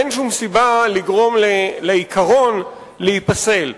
אין שום סיבה לגרום לעיקרון להיפסל.